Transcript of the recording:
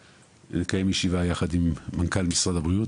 לקיים ישיבה יחד עם מנכ"ל משרד הבריאות.